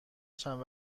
چند